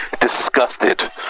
disgusted